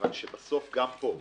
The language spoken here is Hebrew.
כיוון שגם פה,